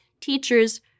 teachers